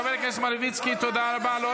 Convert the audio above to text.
חבר הכנסת מלביצקי, תודה רבה.